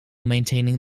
maintaining